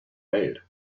made